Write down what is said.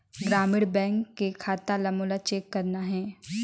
ग्रामीण बैंक के खाता ला मोला चेक करना हे?